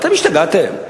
אתם השתגעתם?